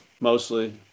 mostly